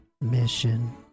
mission